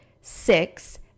six